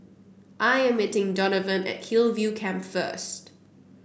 I'm meeting Donavan at Hillview Camp first